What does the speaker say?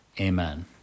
Amen